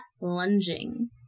lunging